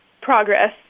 progress